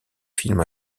films